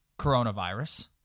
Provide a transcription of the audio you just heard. coronavirus